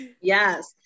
Yes